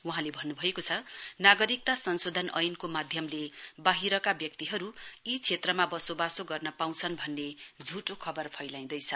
वहाँले भन्नुभएको छ नागरिकता संशोधन ऐनको माध्यमले बाहिरको व्यक्तिहरु यी क्षेत्रमा बसोबासो गर्न पाउँछन् भन्ने झुटो खबर फैलाइँदैछ